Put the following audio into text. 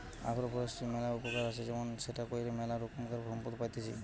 agro ফরেষ্ট্রীর ম্যালা উপকার আছে যেমন সেটা কইরে ম্যালা রোকমকার সম্পদ পাইতেছি